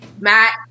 Matt